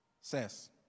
says